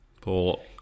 Paul